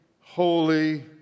holy